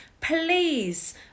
please